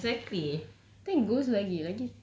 so many exactly